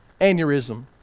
aneurysm